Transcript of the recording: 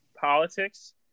politics